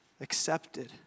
accepted